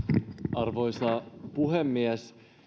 arvoisa puhemies